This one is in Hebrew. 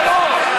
טרור.